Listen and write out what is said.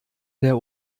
der